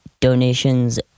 donations